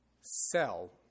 sell